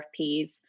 RFPs